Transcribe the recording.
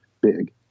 big